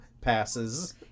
passes